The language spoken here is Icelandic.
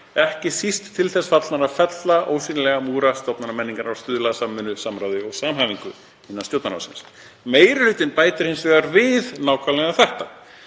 Ekki síst til þess fallnar að fella ósýnilega múra stofnanamenningarinnar og stuðla að samvinnu, samráði og samhæfingu innan Stjórnarráðsins. Meiri hlutinn bætir hins vegar við þetta,